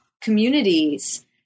communities